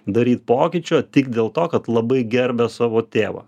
daryt pokyčio tik dėl to kad labai gerbia savo tėvą